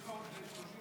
יש לך עוד 30 שניות.